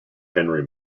henry